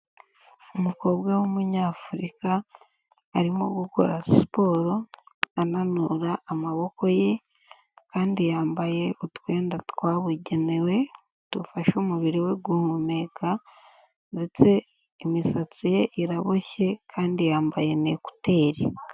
Umukobwa w'Umunyafurika arimo gukora siporo ananura amaboko ye kandi yambaye utwenda twabugenewe, dufasha umubiri we guhumeka ndetse imisatsi ye iraboshye kandi yambaye n'ekuteri.